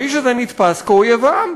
והאיש הזה נתפס כאויב העם.